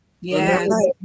Yes